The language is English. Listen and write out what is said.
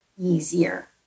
easier